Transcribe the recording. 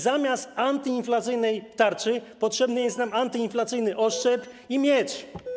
Zamiast antyinflacyjnej tarczy potrzebny jest nam antyinflacyjny oszczep i miecz.